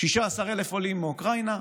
16,000 עולים מאוקראינה.